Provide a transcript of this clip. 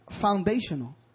foundational